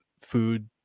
food